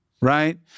right